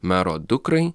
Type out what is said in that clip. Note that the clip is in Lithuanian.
mero dukrai